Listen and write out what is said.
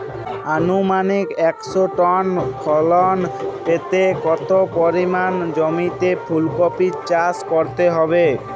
আনুমানিক একশো টন ফলন পেতে কত পরিমাণ জমিতে ফুলকপির চাষ করতে হবে?